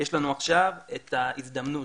יש לנו עכשיו את ההזדמנות